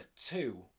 two